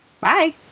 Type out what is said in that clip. Bye